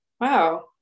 wow